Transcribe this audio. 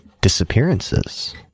disappearances